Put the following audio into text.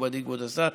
מכובדי כבוד השר,